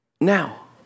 Now